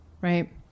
right